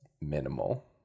minimal